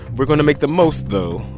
we're going to make the most, though,